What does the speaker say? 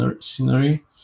scenery